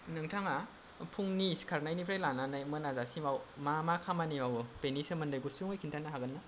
नोंथाङा फुंनि सिखारनायनिफ्राय लानानै मोनाजासिमाव मा मा खामानि मावो बेनि सोमोन्दै गुसुङै खिन्थानो हागोन